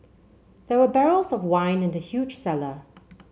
there were barrels of wine in the huge cellar